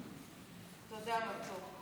מיסוי תשלומים בתקופת בחירות